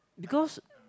because